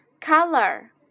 Color